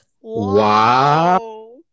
Wow